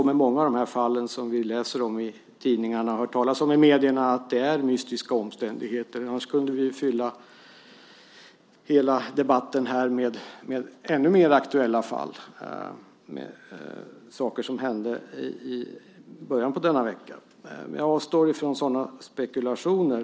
Många av de fall som vi läser om i tidningarna och hör talas om i andra medier handlar om mystiska omständigheter. Vi skulle för övrigt kunna fylla hela denna debatt med ännu mer aktuella fall, med sådant som hände i början av denna vecka. Jag avstår dock från sådana spekulationer.